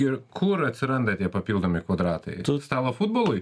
ir kur atsiranda tie papildomi kvadratai stalo futbolui